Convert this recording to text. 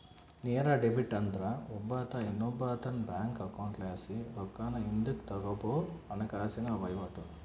ನೇರ ಡೆಬಿಟ್ ಅಂದ್ರ ಒಬ್ಬಾತ ಇನ್ನೊಬ್ಬಾತುನ್ ಬ್ಯಾಂಕ್ ಅಕೌಂಟ್ಲಾಸಿ ರೊಕ್ಕಾನ ಹಿಂದುಕ್ ತಗಂಬೋ ಹಣಕಾಸಿನ ವಹಿವಾಟು